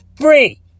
free